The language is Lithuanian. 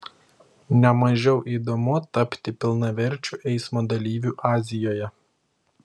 ne mažiau įdomu tapti pilnaverčiu eismo dalyviu azijoje